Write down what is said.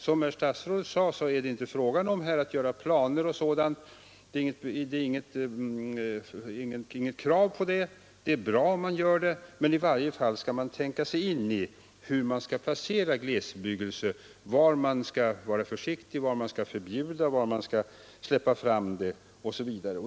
Som herr statsrådet sade är det inget krav på att man skall göra upp planer och sådant — det är bra om man gör det. Man skall i varje fall tänka sig in i hur glesbebyggelsen skall planeras: var man skall vara försiktig, var man skall utfärda förbud, var man skall släppa fram bebyggelse osv.